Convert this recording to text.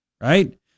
right